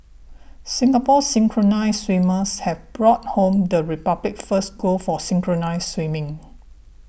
Singapore's synchronised swimmers have brought home the Republic's first gold for synchronised swimming